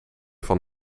van